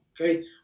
okay